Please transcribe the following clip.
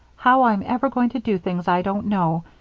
how i'm ever going to do things i don't know,